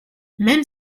même